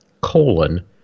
colon